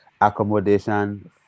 accommodation